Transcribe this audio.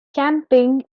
camping